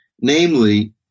namely